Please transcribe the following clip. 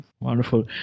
Wonderful